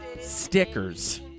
Stickers